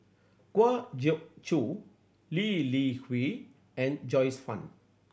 Kwa Geok Choo Lee Li Hui and Joyce Fan